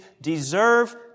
deserve